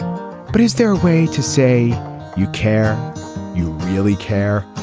but is there a way to say you care? you really care.